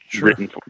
written